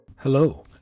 Hello